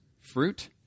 fruit